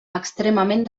extremament